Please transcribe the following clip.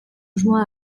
usmoa